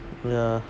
ya